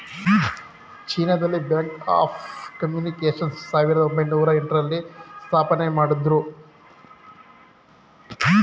China ದಲ್ಲಿ bank of communications ಸಾವಿರದ ಒಂಬೈನೊರ ಎಂಟ ರಲ್ಲಿ ಸ್ಥಾಪನೆಮಾಡುದ್ರು